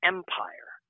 Empire